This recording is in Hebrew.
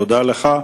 תודה לך.